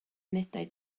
unedau